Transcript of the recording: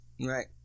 right